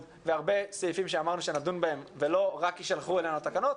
סעיפים שנדון בהם ולא שרק יישלחנו אלינו התקנות.